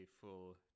full